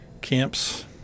camps